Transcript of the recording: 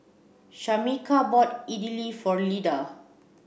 Shamika bought Idili for Lyda